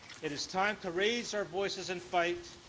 it is time to raise our voices and fight,